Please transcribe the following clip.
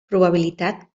probabilitat